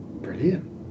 Brilliant